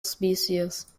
species